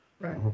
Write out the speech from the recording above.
right